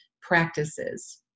practices